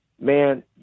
man